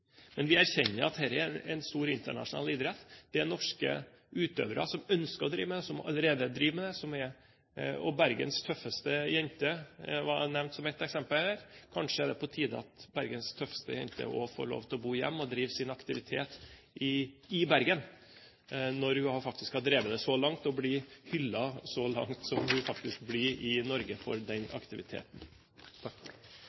Men vi erkjenner at dette er en stor internasjonal idrett, at det er norske utøvere som ønsker å drive med den, og som allerede driver med den. Bergens tøffeste jente ble nevnt som ett eksempel her. Det er kanskje på tide at Bergens tøffeste jente også får lov til å bo hjemme og drive sin aktivitet i Bergen, når hun faktisk har drevet det så langt at hun blir hyllet så mye som hun faktisk blir i Norge for den